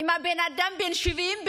אם הבן אדם בן 70,